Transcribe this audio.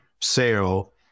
sale